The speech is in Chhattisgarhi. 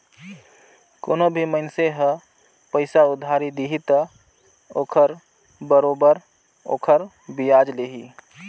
कोनो भी मइनसे ह पइसा उधारी दिही त ओखर बरोबर ओखर बियाज लेही